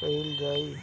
कइल जाइ?